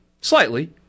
slightly